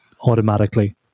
automatically